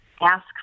ask